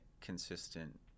consistent